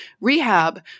rehab